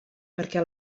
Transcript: perquè